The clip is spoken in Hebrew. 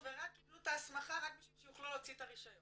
וקיבלו את ההסמכה רק בשביל שיוכלו להוציא את הרישיון.